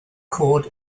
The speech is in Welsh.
cod